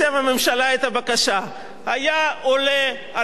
היה עולה על הדוכן הזה אדוני היושב-ראש,